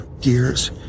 gears